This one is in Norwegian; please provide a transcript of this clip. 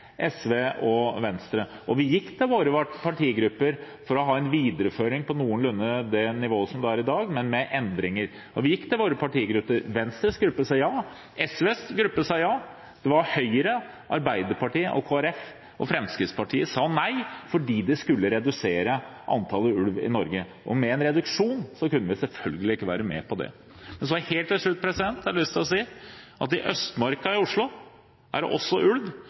SV og Venstre. Og vi gikk til våre partigrupper for å få en videreføring på noenlunde det nivået som er i dag, men med endringer. Venstres gruppe sa ja, og SVs gruppe sa ja. Høyre, Arbeiderpartiet, Kristelig Folkeparti og Fremskrittspartiet sa nei, fordi de skulle redusere antallet ulv i Norge, og med en reduksjon kunne vi selvfølgelig ikke være med på det. Helt til slutt har jeg lyst til å si at i Østmarka i Oslo er det også ulv,